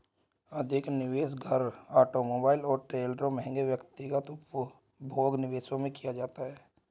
अधिक निवेश घरों ऑटोमोबाइल और ट्रेलरों महंगे व्यक्तिगत उपभोग्य निवेशों में किया जाता है